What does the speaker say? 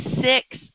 six